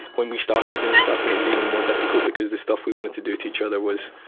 when we started doing stuff, and it was even more difficult because the stuff we wanted to do to each other was,